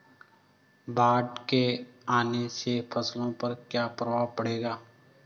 बाढ़ के आने से फसलों पर क्या प्रभाव पड़ेगा?